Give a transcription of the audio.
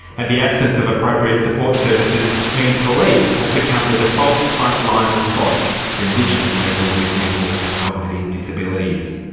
and the absence of appropriate support services mean police have become the default frontline response for indigenous people with mental and cognitive disabilities.